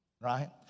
right